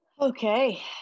Okay